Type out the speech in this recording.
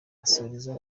asoreza